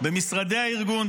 במשרדי הארגון,